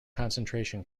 concentration